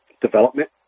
development